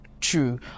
true